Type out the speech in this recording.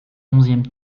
onzième